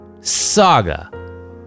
Saga